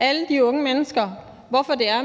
alle de unge mennesker, hvorfor